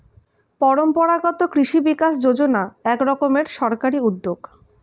পরম্পরাগত কৃষি বিকাশ যোজনা এক রকমের সরকারি উদ্যোগ